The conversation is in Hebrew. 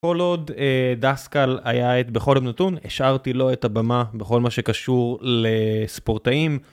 כל עוד דסקל היה את בכל עת נתון, השארתי לו את הבמה בכל מה שקשור לספורטאים.